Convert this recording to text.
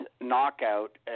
knockout